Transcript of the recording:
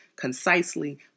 concisely